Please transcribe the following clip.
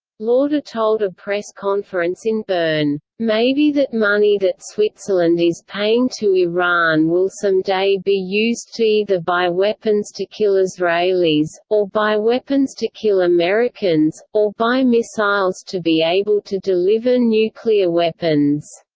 lauder told a press conference in bern maybe that money that switzerland is paying to iran will some day be used to either buy weapons to kill israelis, or buy weapons to kill americans, or buy missiles to be able to deliver nuclear weapons.